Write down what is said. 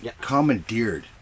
commandeered